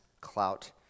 clout